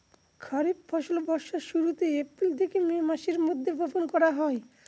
খরিফ ফসল বর্ষার শুরুতে, এপ্রিল থেকে মে মাসের মধ্যে, বপন করা হয়